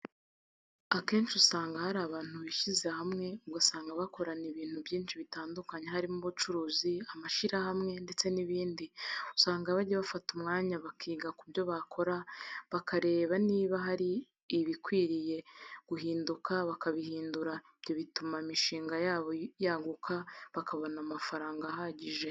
Akenshi usanga hari abantu bishyize hamwe ugasanga bakorana ibintu byinshi bitandukanye harimo ubucuruzi, amashyirahamwe ndetse n'ibindi, usanga bajya bafata umwanya bakiga ku byo bakora bakareba niba hari ibikwiriye guhinduka bakabihindura, ibyo bituma imishinga yabo yaguka bakabona amafaranga ahagije.